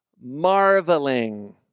marveling